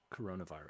coronavirus